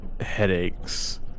headaches